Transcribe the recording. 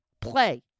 play